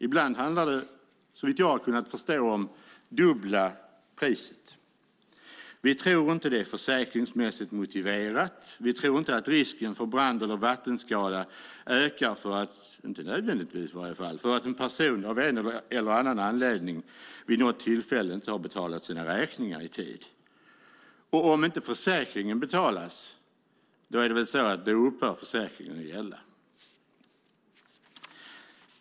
Ibland handlar det, så vitt jag har kunnat förstå, om dubbla priset. Vi tror inte att det är försäkringsmässigt motiverat. Vi tror inte att risken för en brand eller vattenskada nödvändigtvis ökar för att en person av en eller annan anledning vid något tillfälle inte betalat sina räkningar i tid. Om inte försäkringen betalas så upphör försäkringen att gälla.